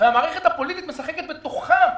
המערכת הפוליטית משחקת בתוכם.